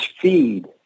feed